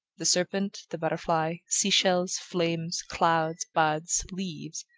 the serpent, the butterfly, sea-shells, flames, clouds, buds, leaves,